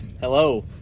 Hello